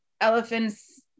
elephants